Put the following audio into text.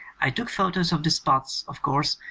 i took pho tos of the spots, of course,